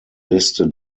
liste